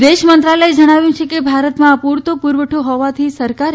વિદેશમંત્રાલયે જણાવ્યું છે કે ભારતમાં અપુરતો પુરવઠો હોવાથી સરકારે